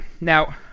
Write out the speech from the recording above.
Now